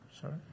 sorry